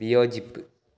വിയോജിപ്പ്